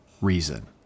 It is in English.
reason